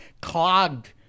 clogged